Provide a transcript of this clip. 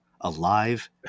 alive